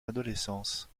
adolescence